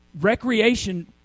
Recreation